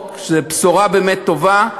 זו בשורה באמת טובה,